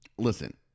Listen